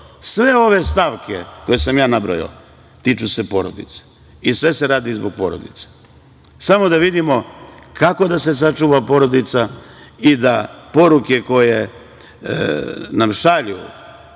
to. Sve ove stavke koje sam ja nabrojao tiču se porodice i sve se radi zbog porodice. Samo da vidimo kako da se sačuva porodica i da poruke koje nam šalju,